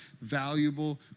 valuable